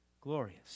Glorious